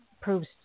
proves